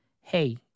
hey